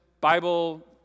bible